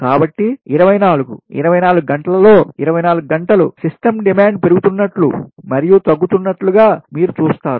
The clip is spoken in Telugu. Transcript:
కాబట్టి 2424 గంటలలో 24 గంటలు సిస్టమ్ డిమాండ్ పెరుగుతున్నట్లు మరియు తగ్గుతున్నట్లు గా మీరు చూస్తారు